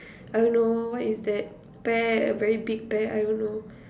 I don't know what is that pear a very big pear I don't know